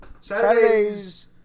Saturdays